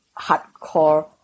hardcore